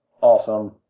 Awesome